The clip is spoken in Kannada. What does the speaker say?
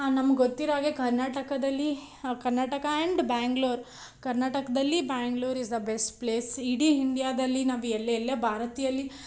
ನಮ್ಗೆ ಗೊತ್ತಿರೋ ಹಾಗೆ ಕರ್ನಾಟಕದಲ್ಲಿ ಕರ್ನಾಟಕ ಆ್ಯಂಡ್ ಬ್ಯಾಂಗ್ಲೂರ್ ಕರ್ನಾಟಕದಲ್ಲಿ Bangalore is the best place ಇಡೀ ಇಂಡ್ಯಾದಲ್ಲಿ ನಾವು ಎಲ್ಲೇ ಎಲ್ಲೇ ಭಾರತಿಯಲ್ಲಿ